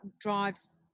drives